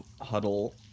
huddle